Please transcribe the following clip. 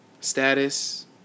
status